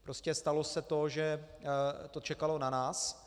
Prostě stalo se to, že to čekalo na nás.